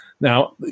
Now